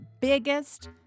biggest